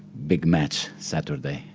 big match saturday.